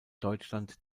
deutschland